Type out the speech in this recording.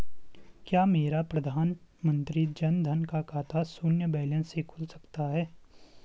क्या मेरा प्रधानमंत्री जन धन का खाता शून्य बैलेंस से खुल सकता है?